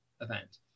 event